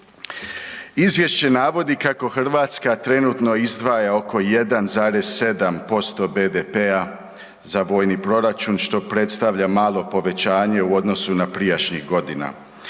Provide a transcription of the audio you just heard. Izvješće navodi kako Hrvatska trenutno izdvaja oko 1,7% BDP-a za vojni proračun, što predstavlja malo povećanje u odnosu na prijašnjih godina,